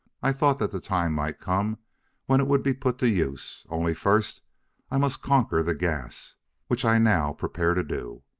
i thought that the time might come when it would be put to use, only first i must conquer the gas which i now prepare to do.